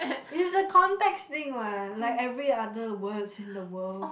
is a context thing what like every other words in the world